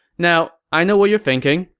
now, i know what you're thinking.